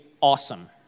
awesome